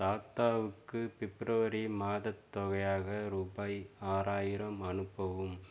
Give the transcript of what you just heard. தாத்தாவுக்கு பிப்ரவரி மாதத் தொகையாக ரூபாய் ஆறாயிரம் அனுப்பவும்